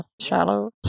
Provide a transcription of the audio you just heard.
shallow